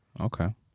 okay